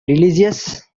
religious